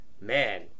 man